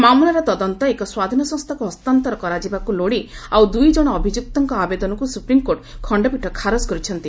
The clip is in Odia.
ମାମଲାର ତଦନ୍ତ ଏକ ସ୍ୱାଧୀନ ସଂସ୍ଥାକୁ ହସ୍ତାନ୍ତର କରାଯିବାକୁ ଲୋଡ଼ି ଆଉ ଦୁଇଜଣ ଅଭିଯୁକ୍ତଙ୍କ ଆବେଦନକୁ ସୁପ୍ରିମ୍କୋର୍ଟ ଖଣ୍ଡପୀଠ ଖାରଜ କରିଛନ୍ତି